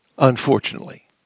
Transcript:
unfortunately